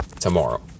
tomorrow